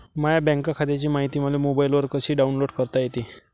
माह्या बँक खात्याची मायती मले मोबाईलवर कसी डाऊनलोड करता येते?